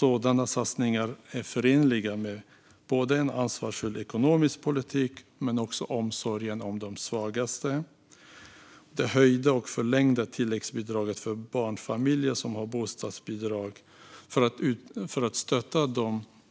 Sådana satsningar är förenliga med både en ansvarsfull ekonomisk politik och omsorgen om de svagaste. Det höjda och förlängda tillläggsbidraget för barnfamiljer som har bostadsbidrag, för att stötta